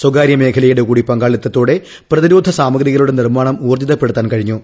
സ്ഥകാര്യ മേഖലയുടെ കൂടി പങ്കാളിത്തോടെ പ്രതിരോധ സാമഗ്രികളുടെ നിർമ്മാണം ഊർജ്ജിതപ്പെടുത്താൻ കഴിഞ്ഞു